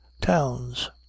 towns